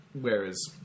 Whereas